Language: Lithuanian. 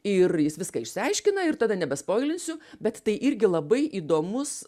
ir jis viską išsiaiškina ir tada nebespoilinsiu bet tai irgi labai įdomus